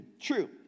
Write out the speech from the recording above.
True